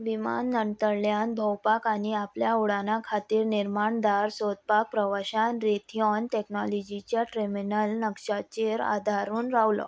विमानतळल्यान भोंवपाक आनी आपल्या उडाना खातीर निर्माणदार सोदपाक प्रवाशान रिथऑन टॅक्नोलॉजीच्या टर्मिनल नक्षाचेर आदारून रावलो